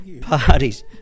parties